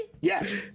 Yes